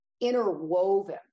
interwoven